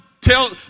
tell